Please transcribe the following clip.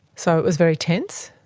so it was very tense?